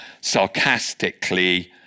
sarcastically